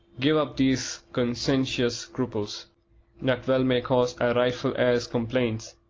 give up these conscientious scruples that well may cause a rightful heir's complaints.